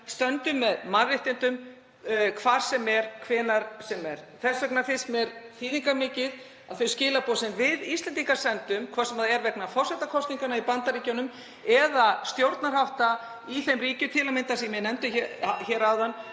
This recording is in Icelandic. stöndum með mannréttindum hvar sem er, hvenær sem er. Þess vegna finnst mér þýðingarmikið að þau skilaboð sem við Íslendingar sendum, hvort sem er vegna forsetakosninganna í Bandaríkjunum eða stjórnarhátta í þeim ríkjum sem ég nefndi (Forseti